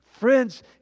Friends